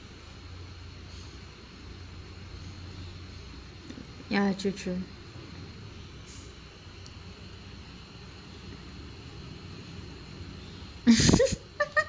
ya true true